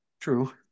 True